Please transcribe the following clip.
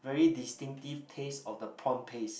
very distinctive taste of the prawn paste